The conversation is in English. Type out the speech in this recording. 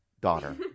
daughter